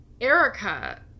Erica